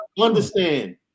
understand